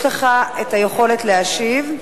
יש לך היכולת להשיב,